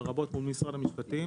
לרבות מול משרד המשפטים